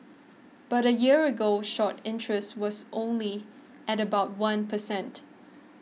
but a year ago short interest was only at about one per cent